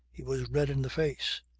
he was red in the face.